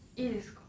is